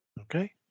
Okay